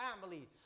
family